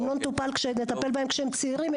אם לא נטפל בהם כשהם צעירים,